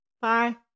Bye